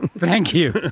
thank you.